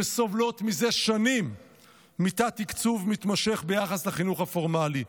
שסובלות זה שנים מתת-תקצוב מתמשך ביחס לחינוך הפורמלי.